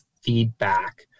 feedback